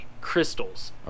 crystals